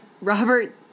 Robert